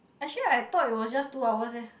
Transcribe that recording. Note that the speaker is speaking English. actually right I thought it was just two hours eh